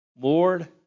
Lord